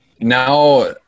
now